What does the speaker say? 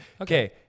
Okay